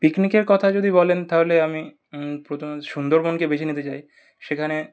পিকনিকের কথা যদি বলেন তাহলে আমি প্রথমত সুন্দরবনকে বেছে নিতে চাই সেখানে